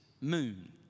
Moon